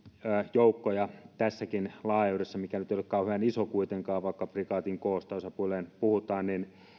joukoissa tässäkin laajuudessa mikä nyt ei ole kauhean iso kuitenkaan vaikka prikaatin koosta osapuilleen puhutaan